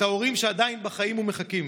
את ההורים שעדיין בחיים ומחכים,